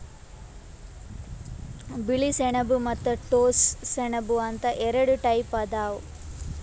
ಬಿಳಿ ಸೆಣಬ ಮತ್ತ್ ಟೋಸ್ಸ ಸೆಣಬ ಅಂತ್ ಎರಡ ಟೈಪ್ ಅದಾವ್